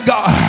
God